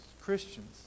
Christians